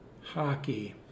hockey